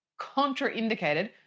contraindicated